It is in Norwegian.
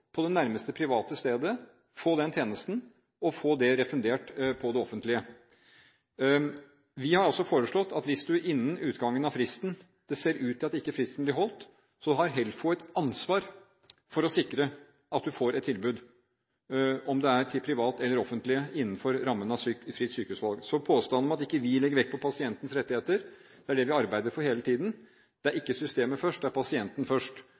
på det nærmeste private stedet, få tjenesten og få utgiftene refundert av det offentlige. Vi har også foreslått at hvis det innen utgangen av fristen ser ut til at fristen ikke blir holdt, har Helfo et ansvar for å sikre at man får et tilbud, enten det er privat eller offentlig, innenfor rammen av fritt sykehusvalg. Så påstanden om at vi ikke legger vekt på pasientenes rettigheter, er ikke riktig. Det er det vi arbeider for hele tiden. Det er ikke systemet først, det er pasienten først.